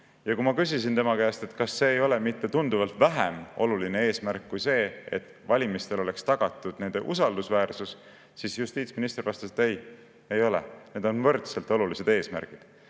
Kui ma küsisin tema käest, kas see ei ole mitte tunduvalt vähem oluline eesmärk kui see, et oleks tagatud valimiste usaldusväärsus, siis justiitsminister vastas, et ei, ei ole, need on võrdselt olulised eesmärgid.